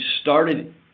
started